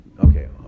Okay